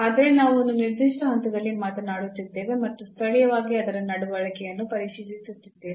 ಆದರೆ ನಾವು ಒಂದು ನಿರ್ದಿಷ್ಟ ಹಂತದಲ್ಲಿ ಮಾತನಾಡುತ್ತಿದ್ದೇವೆ ಮತ್ತು ಸ್ಥಳೀಯವಾಗಿ ಅದರ ನಡವಳಿಕೆಯನ್ನು ಪರಿಶೀಲಿಸುತ್ತಿದ್ದೇವೆ